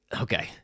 okay